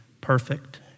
perfect